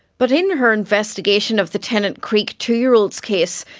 but in her investigation of the tennant creek two-year-old's case,